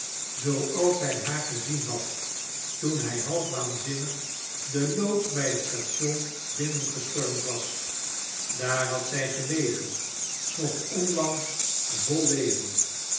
zooals hij haar gezien had toen hij half waanzinnig de loods bij het station binnengestormd was daar had zij gelegen nog onlangs vol leven